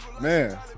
Man